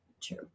true